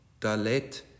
dalet